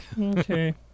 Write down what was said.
Okay